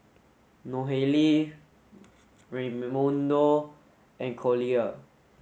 Nohely Raymundo and Collier